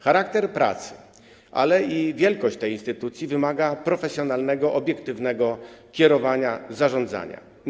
Charakter pracy, ale i wielkość tej instytucji wymagają profesjonalnego, obiektywnego kierowania, zarządzania.